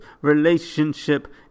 relationship